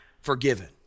forgiven